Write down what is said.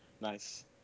Nice